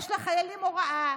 יש לחיילים הוראה,